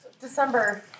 December